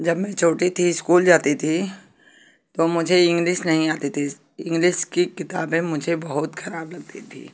जब मैं छोटी थी स्कूल जाती थी तो मुझे इंग्लिस नहीं आती थी इंग्लिस की किताबें मुझे बहुत खराब लगती थीं